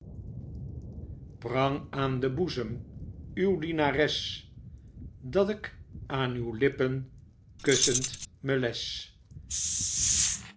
aan den boezem uw dienares dat k aan uw hppen kussend